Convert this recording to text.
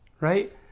right